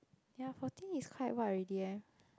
ya fourteen is quite what already eh